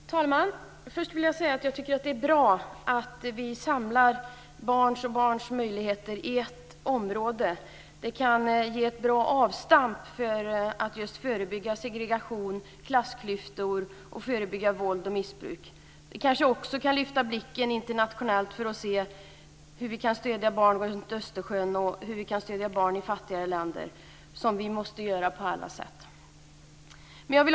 Fru talman! Först vill jag säga att jag tycker att det är bra att vi samlar barns möjligheter i ett område. Det kan ge ett bra avstamp för att just förebygga segregation, klassklyftor, våld och missbruk. Det kanske också kan lyfta blicken internationellt för att se hur vi kan stödja barn runt Östersjön och i fattigare länder. Det är något vi måste göra på alla sätt.